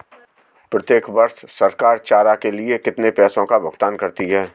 प्रत्येक वर्ष सरकार चारा के लिए कितने पैसों का भुगतान करती है?